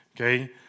Okay